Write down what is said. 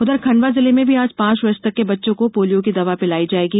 उधर खंडवा जिले में भी आज पांच वर्ष तक के बच्चों को पोलियो की दवा पिलाई जायेगी